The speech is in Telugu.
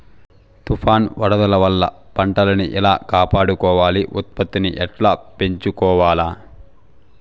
తుఫాను, వరదల వల్ల పంటలని ఎలా కాపాడుకోవాలి, ఉత్పత్తిని ఎట్లా పెంచుకోవాల?